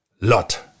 lot